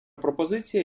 пропозиція